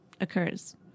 occurs